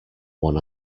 one